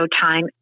time